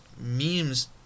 memes